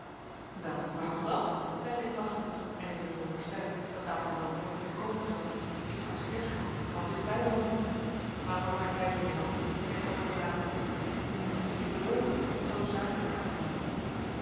wel waarom dat zeide ik lachende en in de veronderstelling dat daarvan wel nooit iets komen zou ik zou zeer gaarne dien krans eens bijwonen maar het wordt mijn tijd mijnheer helding en ik zal u verlaten nu ik beloof u ik zal uw zaak ter harte nemen